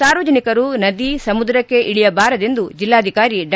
ಸಾರ್ವಜನಿಕರು ನದಿ ಸಮುದ್ರಕ್ಕೆ ಇಳಿಯಬಾರದೆಂದು ಜಿಲ್ಲಾಧಿಕಾರಿ ಡಾ